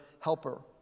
helper